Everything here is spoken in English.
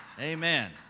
Amen